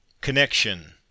Connection